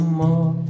more